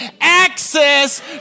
access